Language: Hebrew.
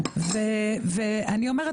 ואני אומרת